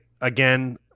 again